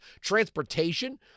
transportation